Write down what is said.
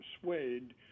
persuade